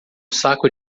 saco